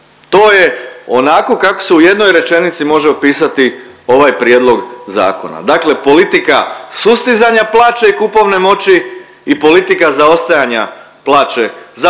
To je onako kako se u jednoj rečenici može opisati ovaj prijedlog zakona, dakle politika sustizanja plaće i kupovne moći i politika zaostajanja plaće, za